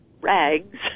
rags